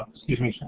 xcuse me, so